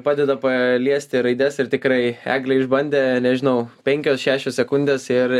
padeda paliesti raides ir tikrai eglė išbandė nežinau penkios šešios sekundės ir